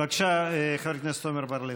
בבקשה, חבר הכנסת עמר בר-לב.